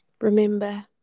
Remember